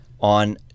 On